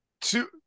two